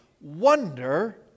Wonder